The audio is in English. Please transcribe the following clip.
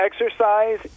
exercise